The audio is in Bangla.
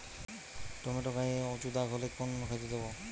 টমেটো গায়ে উচু দাগ হলে কোন অনুখাদ্য দেবো?